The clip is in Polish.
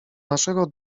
naszego